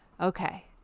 okay